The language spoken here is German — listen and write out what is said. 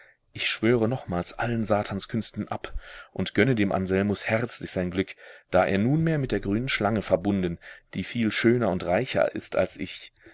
ich schwöre nochmals allen satanskünsten ab und gönne dem anselmus herzlich sein glück da er nunmehr mit der grünen schlange verbunden die viel schöner und reicher ist als ich